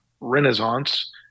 Renaissance